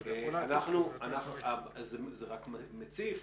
זה רק מציף